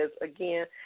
again